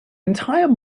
entire